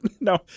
No